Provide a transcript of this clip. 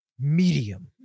Medium